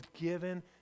given